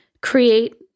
create